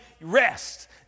rest